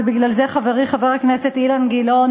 ובגלל זה חברי חבר הכנסת אילן גילאון